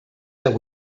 that